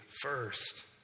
first